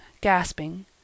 gasping